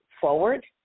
forward